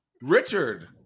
Richard